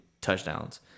touchdowns